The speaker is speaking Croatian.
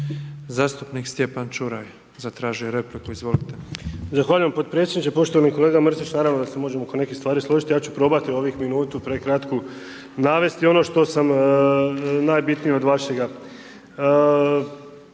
Zastupnik Stjepan Čuraj, zatražio je repliku, izvolite.